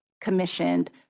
commissioned